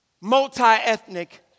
multi-ethnic